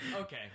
Okay